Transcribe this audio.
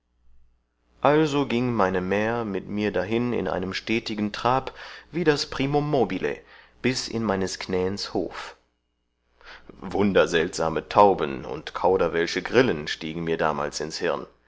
also gieng meine mähr mit mir dahin in einem stetigen trab wie das primum mobile bis in meines knäns hof wunderseltsame tauben und kauderwelsche grillen stiegen mir damals ins hirn